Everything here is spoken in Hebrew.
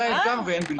זה האתגר, ואין בלתו.